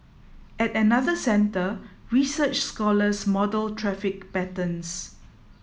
at another centre research scholars model traffic patterns